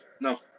No